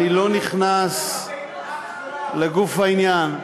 אני לא נכנס לגוף העניין.